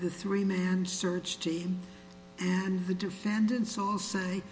the three main search team and the defendants will say